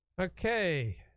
okay